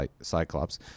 Cyclops